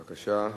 בבקשה.